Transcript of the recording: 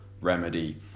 remedy